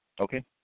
Okay